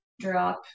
drop